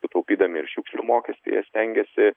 sutaupydami ir šiukšlių mokestį jie stengiasi